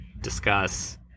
discuss